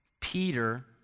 Peter